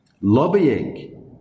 lobbying